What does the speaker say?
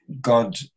God